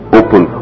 open